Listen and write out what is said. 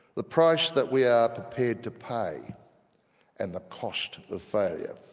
the price that we are prepared to pay and the cost of failure.